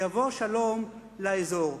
יבוא שלום לאזור.